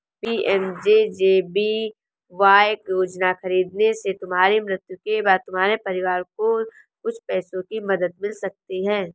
PMJJBY योजना खरीदने से तुम्हारी मृत्यु के बाद तुम्हारे परिवार को कुछ पैसों की मदद मिल सकती है